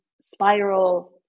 spiral